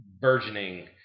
burgeoning